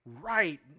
right